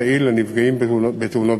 יציג את הצעת החוק השר ישראל כץ, שוב בשם שרת